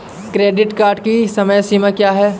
Credit card की समय सीमा क्या है?